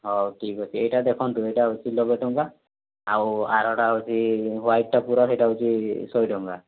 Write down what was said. ହେଉ ଠିକ୍ ଅଛି ଏଇଟା ଦେଖନ୍ତୁ ଏଇଟା ଅଶୀ ନବେ ଟଙ୍କା ଆଉ ଆରଟା ହେଉଛି ହ୍ୱାଇଟ୍ଟା ପୂରା ସେଇଟା ହେଉଛି ଶହେ ଟଙ୍କା